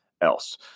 else